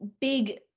big